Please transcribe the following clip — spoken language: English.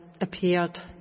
appeared